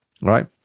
right